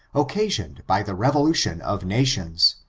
occasioned by the revolution of nations,